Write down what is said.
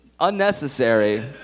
unnecessary